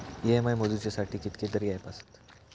EMI मोजुच्यासाठी कितकेतरी app आसत